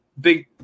big